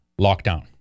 lockdown